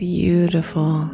beautiful